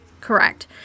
Correct